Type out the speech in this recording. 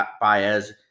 Baez